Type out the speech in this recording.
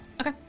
Okay